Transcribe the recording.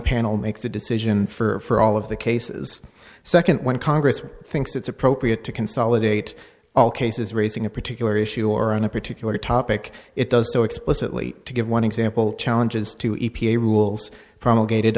panel makes a decision for all of the cases second when congress thinks it's appropriate to consolidate all cases raising a particular issue or on a particular topic it does so explicitly to give one example challenges to e p a rules promulgated